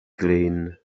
glin